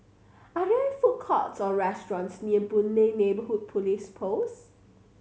are there food courts or restaurants near Boon Lay Neighbourhood Police Post